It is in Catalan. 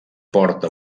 porta